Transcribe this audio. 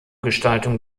gestaltung